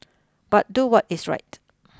but do what is right